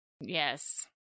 Yes